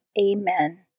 Amen